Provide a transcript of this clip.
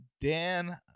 dan